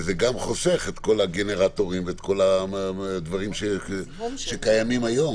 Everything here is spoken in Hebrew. וזה גם חוסך את כל הגנרטורים ואת כל הדברים שקיימים היום,